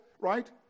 right